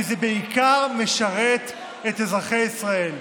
כי זה בעיקר משרת את אזרחי ישראל.